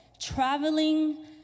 traveling